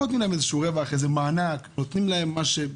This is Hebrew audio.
נותנים להם מענק כדי